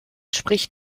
spricht